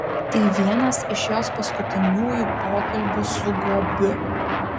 tai vienas iš jos paskutiniųjų pokalbių su guobiu